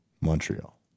Montreal